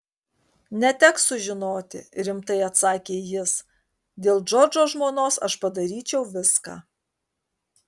neteks sužinoti rimtai atsakė jis dėl džordžo žmonos aš padaryčiau viską